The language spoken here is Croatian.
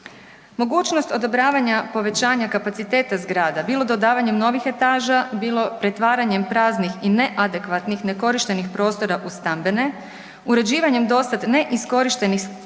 Mogućnost odobravanja povećanja kapaciteta zgrada bilo dodavanjem novih etaža, bilo pretvaranjem praznih i neadekvatnih nekorištenih prostora u stambene, uređivanjem dosad neiskorištenih primjerice